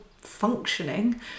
functioning